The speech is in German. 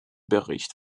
bericht